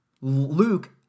Luke